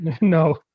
No